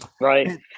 Right